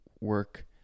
work